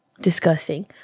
disgusting